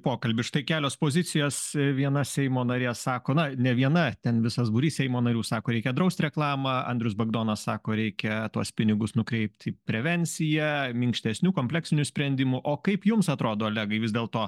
pokalbis štai kelios pozicijas viena seimo narė sako na ne viena ten visas būrys seimo narių sako reikia draust reklamą andrius bagdonas sako reikia tuos pinigus nukreipti į prevenciją minkštesniu kompleksiniu sprendimu o kaip jums atrodo olegai vis dėl to